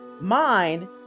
mind